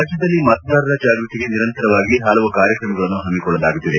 ರಾಜ್ಯದಲ್ಲಿ ಮತದಾರರ ಜಾಗೃತಿಗೆ ನಿರಂತರವಾಗಿ ಪಲವು ಕಾರ್ಯಕ್ರಮಗಳನ್ನು ಪಮ್ಮಿಕೊಳ್ಳಲಾಗುತ್ತಿದೆ